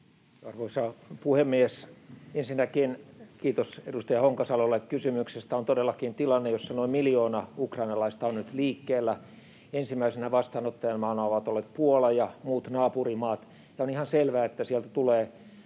Arvoisa puhemies! Ensinnäkin kiitos edustaja Honkasalolle kysymyksestä. On todellakin tilanne, jossa noin miljoona ukrainalaista on nyt liikkeellä. Ensimmäisenä vastaanottajamaana ovat olleet Puola ja muut naapurimaat, ja on ihan selvää, että sieltä tulee